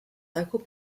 local